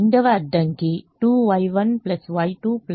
రెండవ అడ్డంకి 2Y1 Y2 5Y3 ≥ 3 అవుతుంది